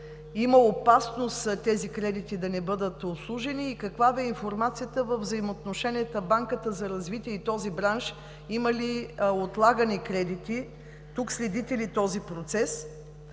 има опасност тези кредити да не бъдат обслужени? Каква Ви е информацията за взаимоотношенията на Банката за развитие и този бранш? Има ли отлагани кредити? Тук следите ли този процес?